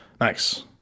Nice